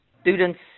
students